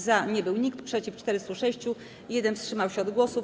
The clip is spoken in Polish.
Za nie był nikt, przeciw - 406, 1 wstrzymał się od głosu.